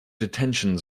detention